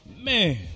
Man